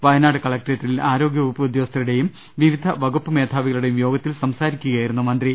വയനാട് കലക്ട്രേറ്റിൽ ആരോഗ്യ വകുപ്പ് ഉദ്യോഗ സ്ഥരുടെയും വിവിധ വകുപ്പ് മേധാവികളുടെയും യോഗത്തിൽ സംസാരിക്കുയായിരുന്നു മന്ത്രി